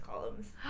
columns